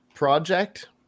project